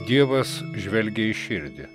dievas žvelgia į širdį